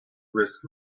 risk